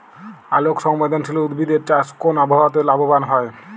আলোক সংবেদশীল উদ্ভিদ এর চাষ কোন আবহাওয়াতে লাভবান হয়?